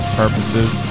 purposes